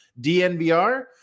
DNBR